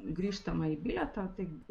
grįžtamąjį bilietą tai